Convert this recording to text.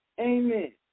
Amen